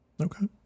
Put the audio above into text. Okay